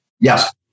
Yes